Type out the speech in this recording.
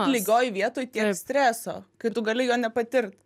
lygioj vietoj tiek streso kai tu gali jo nepatirt